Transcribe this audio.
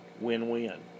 win-win